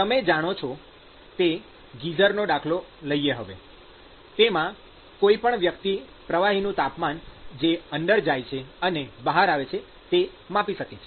તમે જાણો છો તે ગીઝરનો દાખલો લઈએ હવે કે જેમાં કોઈ પણ વ્યક્તિ પ્રવાહીનું તાપમાન જે અંદર જાય છે અને બહાર આવે છે તે માપી શકે છે